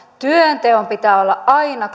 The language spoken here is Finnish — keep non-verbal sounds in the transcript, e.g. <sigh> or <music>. työnteon pitää olla aina <unintelligible>